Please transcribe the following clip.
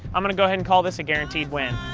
i'm going to go ahead and call this a guaranteed win.